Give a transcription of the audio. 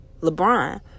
LeBron